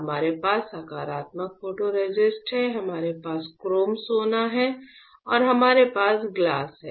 हमारे पास सकारात्मक फोटोरेसिस्ट है हमारे पास क्रोम सोना है और हमारे पास गिलास है